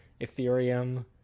Ethereum